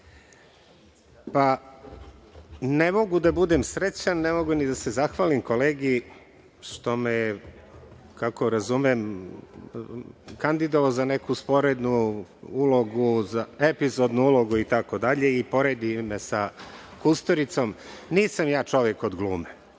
ne mogu da budem srećan, ne mogu ni da se zahvalim kolegi što me je, kako razumem, kandidovao za neku epizodnu ulogu itd. i poredio sa Kusturicom. Nisam ja čovek od glume.